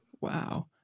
Wow